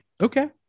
okay